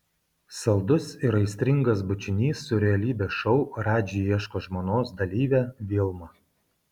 saldus ir aistringas bučinys su realybės šou radži ieško žmonos dalyve vilma